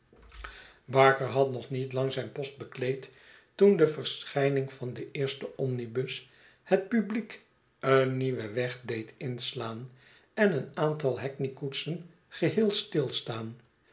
barker had nog niet lang zijn post bekleed toen de verschijning van den eersten omnibus het publiek een nieuwen weg deed inslaan en een aantal hackney koetsen geheel stilstaan